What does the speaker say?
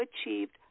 achieved